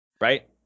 Right